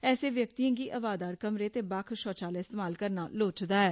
एसे व्यक्तीयें गी हवादार कमरे ते बक्ख शौचालय इस्तमाल करना लोड़चदा ऐ